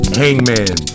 hangman